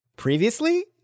Previously